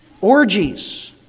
Orgies